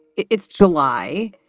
it's july.